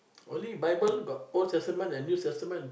only bible got old testament and new testament